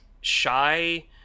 shy